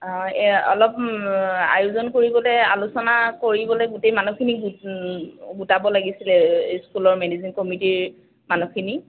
অঁ এই অলপ আয়োজন কৰিবলৈ আলোচনা কৰিবলৈ গোটেই মানুহখিনিক গোট গোটাব লাগিছিলে স্কুলৰ মেনেজিং কমিটিৰ মানুহখিনি